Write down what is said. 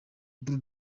bull